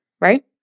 Right